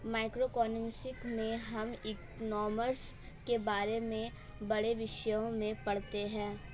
macroeconomics में हम economics के बड़े बड़े विषयों को पढ़ते हैं